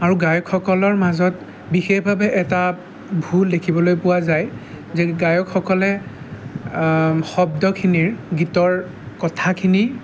আৰু গায়কসকলৰ মাজত বিশেষভাৱে এটা ভুল দেখিবলৈ পোৱা যায় যে গায়কসকলে শব্দখিনিৰ গীতৰ কথাখিনি